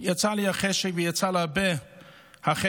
יצא לי החשק ויצא להרבה החשק,